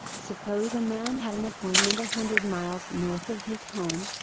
suppose a man had an appointment a hundred miles north of his home,